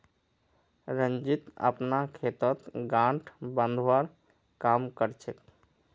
रंजीत अपनार खेतत गांठ बांधवार काम कर छेक